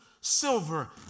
silver